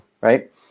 right